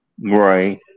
Right